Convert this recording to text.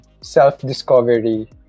self-discovery